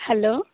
hello